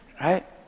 Right